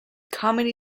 comedy